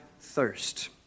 thirst